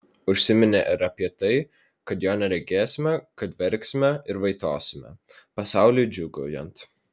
užsiminė ir apie tai kad jo neregėsime kad verksime ir vaitosime pasauliui džiūgaujant